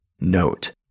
note